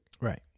Right